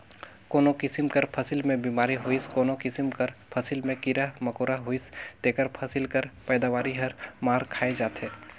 कोनो किसिम कर फसिल में बेमारी होइस कोनो किसिम कर फसिल में कीरा मकोरा होइस तेकर फसिल कर पएदावारी हर मार खाए जाथे